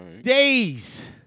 Days